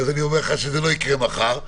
זה לא יקרה מחר.